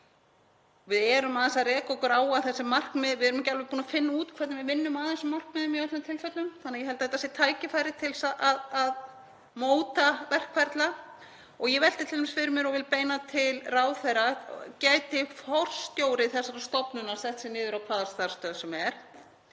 Við erum aðeins að reka okkur á að við erum ekki alveg búin að finna út hvernig við vinnum að þessum markmiðum í öllum tilfellum þannig að ég held að þetta sé tækifæri til að móta verkferla. Ég velti t.d. fyrir mér og vil beina til ráðherra: Gæti forstjóri þessarar stofnunar sett sig niður á hvaða starfsstöð sem er?